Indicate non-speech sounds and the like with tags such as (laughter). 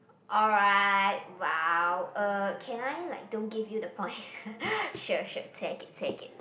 alright !wow! uh can I like don't give you the points (laughs) sure sure take it take it